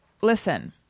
Listen